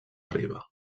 riba